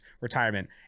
retirement